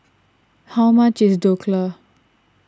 how much is Dhokla